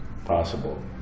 possible